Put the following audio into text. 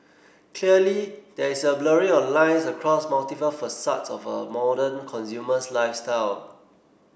clearly there is a blurring of lines across multiple facets of a modern consumer's lifestyle